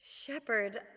Shepherd